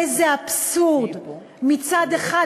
איזה אבסורד: מצד אחד,